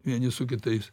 vieni su kitais